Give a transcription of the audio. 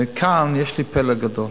וכאן יש לי פלא גדול,